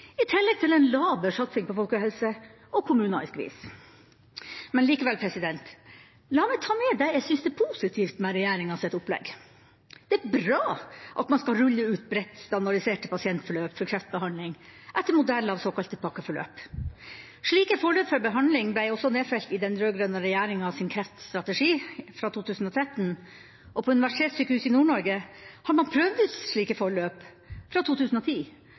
i tillegg til en laber satsing på folkehelse og kommuner i skvis. Likevel – la meg ta med det jeg syns er positivt med regjeringas opplegg. Det er bra at man skal rulle ut bredt standardiserte pasientforløp for kreftbehandling, etter modell av såkalte pakkeforløp. Slike forløp for behandling ble også nedfelt i den rød-grønne regjeringas kreftstrategi fra 2013, og på Universitetssykehuset Nord-Norge har man prøvd ut slike forløp fra 2010